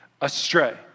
astray